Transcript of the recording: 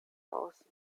aus